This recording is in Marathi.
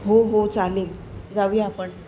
हो हो चालेल जाऊया आपण